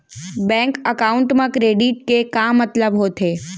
Bank account मा credit के का मतलब होथे?